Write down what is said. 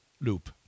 loop